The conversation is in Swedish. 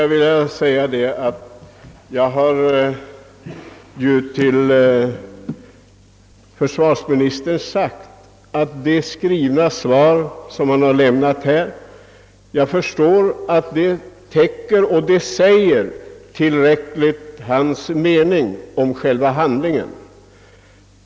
Jag har sagt till försvarsministern att det skrivna svar som han har lämnat säger vad han anser om själva handlingen.